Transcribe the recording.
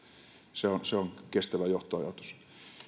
se on se on kestävä johtoajatus